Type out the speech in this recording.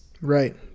right